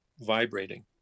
vibrating